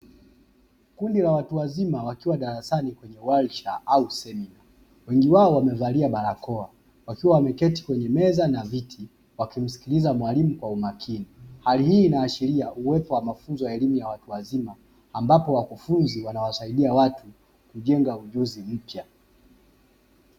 Kundi la watu wazima wakiwa darasani kwenye walisha au semina wengi wao wamevalia barakoa wakiwa wameketi kwenye meza na viti wakimsikiliza mwalimu kwa umakini. Hali hii inaashiria uwepo wa mafunzo ya elimu ya watu wazima ambapo wakufunzi wanawasaidia watu kujenga ujuzi mpya.